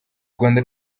rwanda